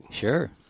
Sure